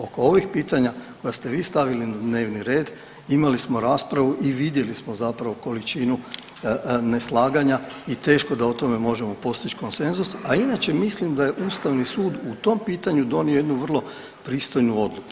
Oko ovih pitanja koja ste vi stavili na dnevni red imali smo raspravu i vidjeli smo zapravo količinu neslaganja i teško da o tome možemo postići konsenzus, a inače mislim da je Ustavni sud u tom pitanju donio jednu vrlo pristojnu odluku.